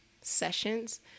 sessions